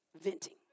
venting